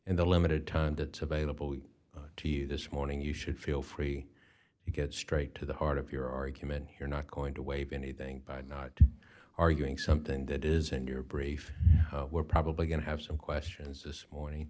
in the limited time that we do you this morning you should feel free to get straight to the heart of your argument here not going to waive anything by not arguing something that is in your brief we're probably going to have some questions this morning